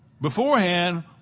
beforehand